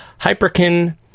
hyperkin